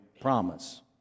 promise